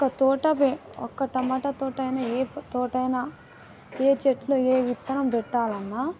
ఒక్క తోట పె ఒక్క టమాట తోటయినా ఏ తోటయినా ఏ చెట్లు ఏ విత్తనం పెట్టాలన్నా